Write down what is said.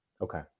okay